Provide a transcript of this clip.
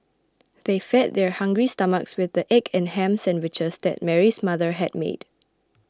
they fed their hungry stomachs with the egg and ham sandwiches that Mary's mother had made